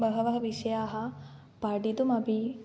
बहवः विषयाः पठितुमपि